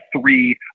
three